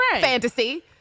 Fantasy